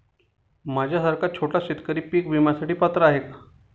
माझ्यासारखा छोटा शेतकरी पीक विम्यासाठी पात्र आहे का?